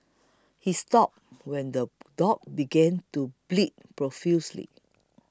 he stopped when the dog began to bleed profusely